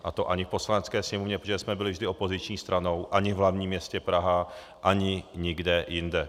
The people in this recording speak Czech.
A to ani v Poslanecké sněmovně, protože jsme byli vždy opoziční stranou, ani v hlavním městě Praha, ani nikde jinde.